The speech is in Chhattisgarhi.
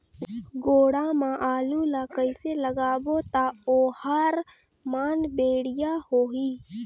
गोडा मा आलू ला कइसे लगाबो ता ओहार मान बेडिया होही?